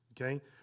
okay